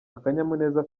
akanyamuneza